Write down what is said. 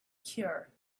cure